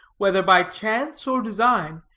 whether by chance or design,